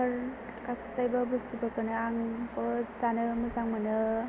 बेफोर गासैबो बुस्तुफोरखौनो आं जोबोद जानो मोजां मोनो